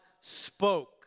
spoke